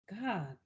God